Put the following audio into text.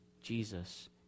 Jesus